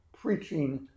preaching